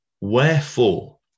wherefore